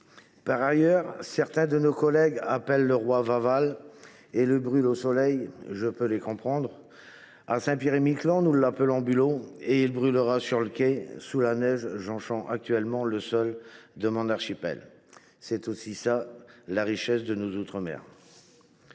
y penser… Certains de nos collègues évoquent le roi Vaval et le brûlent au soleil – je peux les comprendre. À Saint Pierre et Miquelon, nous l’appelons Bulot et il brûlera sur le quai sous la neige jonchant actuellement le sol de mon archipel. C’est aussi cela la richesse de nos outre mer